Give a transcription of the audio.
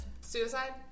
suicide